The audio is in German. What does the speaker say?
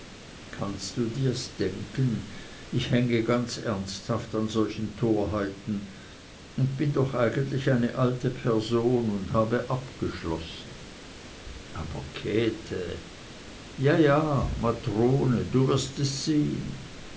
kannst du dir's denken ich hänge ganz ernsthaft an solchen torheiten und bin doch eigentlich eine alte person und habe abgeschlossen aber käthe ja ja matrone du wirst es sehn